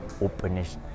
openness